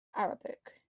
arabic